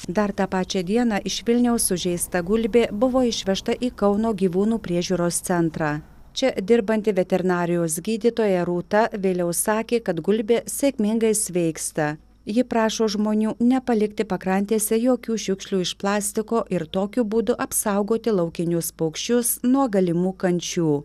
dar tą pačią dieną iš vilniaus sužeista gulbė buvo išvežta į kauno gyvūnų priežiūros centrą čia dirbanti veterinarijos gydytoja rūta vėliau sakė kad gulbė sėkmingai sveiksta ji prašo žmonių nepalikti pakrantėse jokių šiukšlių iš plastiko ir tokiu būdu apsaugoti laukinius paukščius nuo galimų kančių